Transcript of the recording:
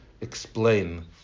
explain